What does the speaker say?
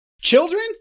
Children